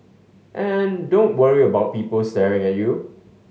and don't worry about people staring at you